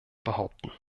behaupten